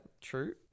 true